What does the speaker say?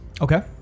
okay